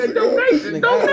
Donation